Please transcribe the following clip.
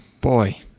Boy